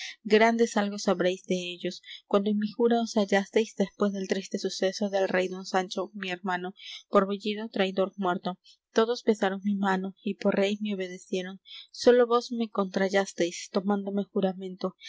grandes algos habréis dellos cuando en mi jura os hallasteis después del triste suceso del rey don sancho mi hermano por bellido traidor muerto todos besaron mi mano y por rey me obedecieron sólo vos me contrallasteis tomándome juramento